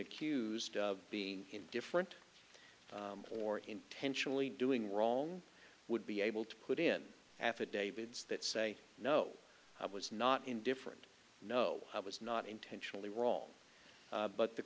accused of being indifferent or intentionally doing wrong would be able to put in affidavits that say no i was not indifferent no i was not intentionally wrong but the